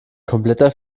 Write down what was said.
kompletter